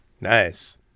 Nice